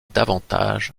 davantage